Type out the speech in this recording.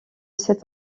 cet